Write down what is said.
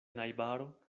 najbaro